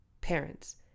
parents